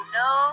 no